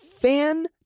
fan-